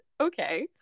okay